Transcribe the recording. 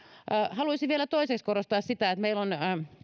haluaisin vielä toiseksi korostaa sitä että meillähän